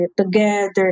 together